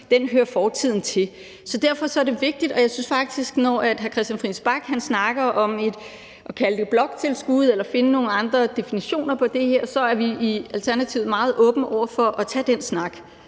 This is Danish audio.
hører fortiden til. Derfor er det her vigtigt, og jeg tænker faktisk, at når hr. Christian Friis Bach snakker om at kalde det bloktilskud eller at finde nogle andre definitioner på det her, er vi i Alternativet meget åbne over for at tage den snak.